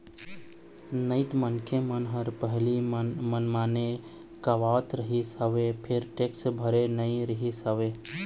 नइते मनखे मन ह पहिली मनमाने कमावत रिहिस हवय फेर टेक्स भरते नइ रिहिस हवय